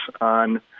on